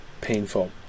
painful